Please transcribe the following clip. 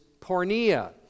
pornea